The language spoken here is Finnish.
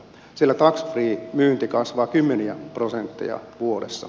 siellä tax free myynti kasvaa kymmeniä prosentteja vuodessa